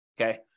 Okay